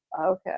okay